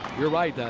you're right.